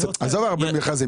עזוב הרבה מכרזים,